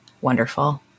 wonderful